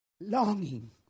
longing